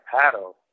paddle